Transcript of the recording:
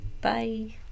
Bye